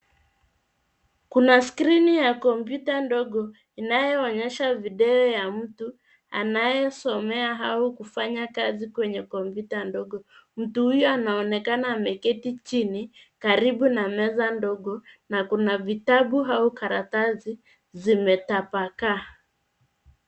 Kuna skrini ya kompyuta dogo inayoonyesha video ya mtu, anayesomea au kufanya kazi kwenye kompyuta dogo. Mtu huyu anaonekana ameketi chini karibu na meza dogo na kuna vitabu au karatasi zimetapakaa.